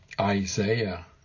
Isaiah